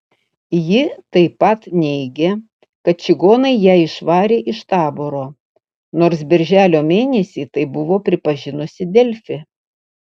ji taip pat neigė kad čigonai ją išvarė iš taboro nors birželio mėnesį tai buvo pripažinusi delfi